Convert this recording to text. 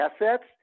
assets